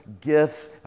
gifts